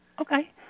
Okay